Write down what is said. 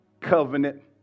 Covenant